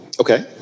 Okay